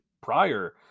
prior